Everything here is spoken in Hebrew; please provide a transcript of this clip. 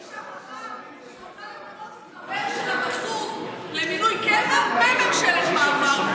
היא שכחה שהיא רוצה למנות את חבר שלה מזוז למינוי קבע בממשלת מעבר.